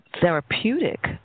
therapeutic